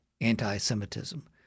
anti-semitism